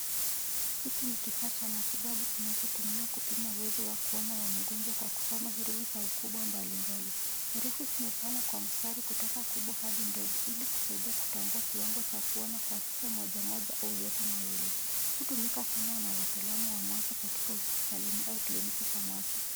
Hiki ni kifaa cha matibabu kinachotumiwa kupima uwezo wa kuona wa mgonjwa kwa kusoma herufi za ukubwa mbalimbali. Herufi zimepangwa kwa mstari kutoka kubwa hadi ndogo ili kusaidia kiwango cha kuona cha jicho moja moja au yote mawili. Hutumika sana na wataalamu wa macho katika hospitali au kliniki za macho.